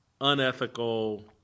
unethical